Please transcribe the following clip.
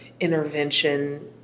intervention